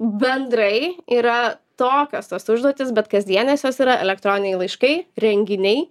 bendrai yra tokios tos užduotys bet kasdienės jos yra elektroniniai laiškai renginiai